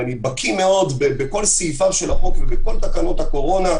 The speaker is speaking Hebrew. ואני בקיא מאוד בכל סעיפיו של החוק ובכל תקנות הקורונה,